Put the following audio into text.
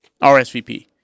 RSVP